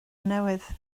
newydd